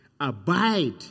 Abide